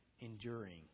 enduring